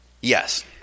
yes